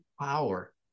power